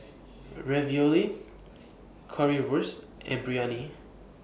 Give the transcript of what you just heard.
Ravioli Currywurst and Biryani